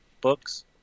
books